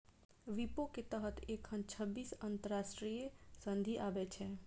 विपो के तहत एखन छब्बीस अंतरराष्ट्रीय संधि आबै छै